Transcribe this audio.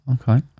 Okay